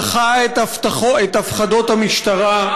דחה את הפחדות המשטרה,